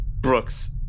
Brooks